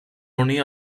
unir